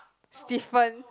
stiffen